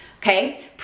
Okay